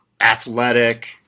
athletic